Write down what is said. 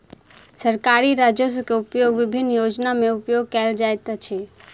सरकारी राजस्व के उपयोग विभिन्न योजना में उपयोग कयल जाइत अछि